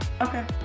Okay